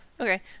Okay